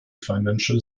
financial